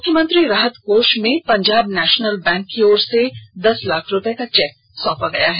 मुख्यमंत्री राहत कोष में पंजाब नेशनल बैंक की ओर से दस लाख रुपए का चेक सौंपा गया है